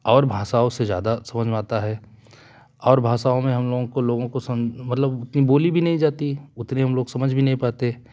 और भाषाओं से ज्यादा समझ में आता है और भाषाओं में हम लोगों को लोगों को समझ मतलब बोली भी नहीं जाती उतनी हम लोग समझ भी नहीं पाते